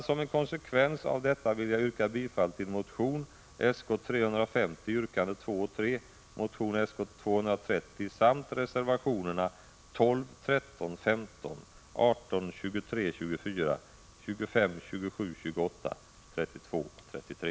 Som en konsekvens av detta vill jag yrka bifall till motion Sk350, yrkandena 2 och 3, motion Sk230 samt reservationerna 12, 13,15, 18, 23, 24, 25, 27, 28, 32 och 33.